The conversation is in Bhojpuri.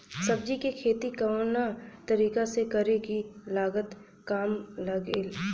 सब्जी के खेती कवना तरीका से करी की लागत काम लगे?